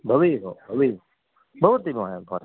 भवेयुः भवेयु भवति महोदया पर